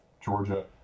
Georgia